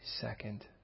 second